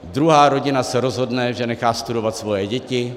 Druhá rodina se rozhodne, že nechá studovat svoje děti.